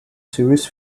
series